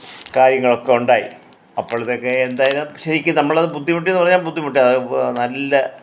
കാര്യങ്ങളൊക്കെ ഉണ്ടായി അപ്പോഴത്തേക്ക് എന്തായാലും ശരിക്ക് നമ്മളത് ബുദ്ധിമുട്ടി എന്ന് പറഞ്ഞാൽ ബുദ്ധിമുട്ടി അതായത് നല്ല